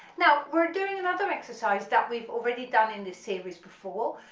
now we're doing another exercise that we've already done in this series before,